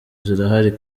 zirahari